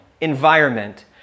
environment